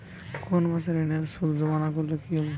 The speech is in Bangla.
কোনো মাসে ঋণের সুদ জমা না করলে কি হবে?